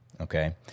Okay